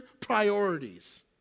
priorities